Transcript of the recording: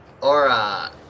Aura